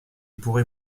pourrai